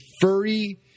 furry